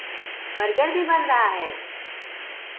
burger भी बन रहा है